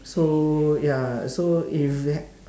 so ya so if that